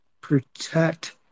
protect